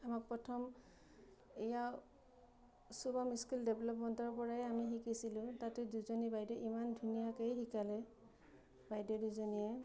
আমাক প্ৰথম এইয়া স্কিল ডেভলপমেণ্টৰ পৰাই আমি শিকিছিলোঁ তাতে দুজনী বাইদেৱে ইমান ধুনীয়াকৈ শিকালে বাইদেউ দুজনীয়ে